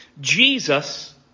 Jesus